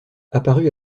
apparus